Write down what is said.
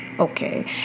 okay